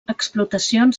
explotacions